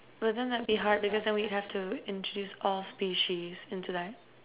but then it would be hard because then we'd have to introduce all species into that